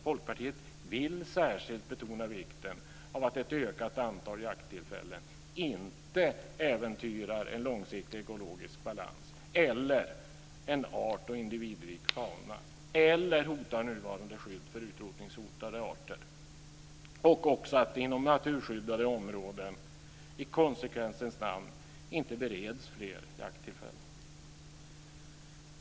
Folkpartiet vill särskilt betona vikten av att ett ökat antal jakttillfällen inte äventyrar en långsiktig ekologisk balans eller en art och individrik fauna eller hotar nuvarande skydd för utrotningshotade arter samt att det inom naturskyddade områden i konsekvensens namn inte bereds fler jakttillfällen.